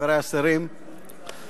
חברי השרים,